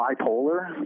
bipolar